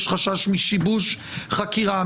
יש חשש משיבוש חקירה,